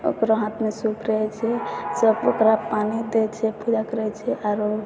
ओकरो हाथमे सूप रहै छै सब ओकरा पानी दै छै पूजा करै छै आओर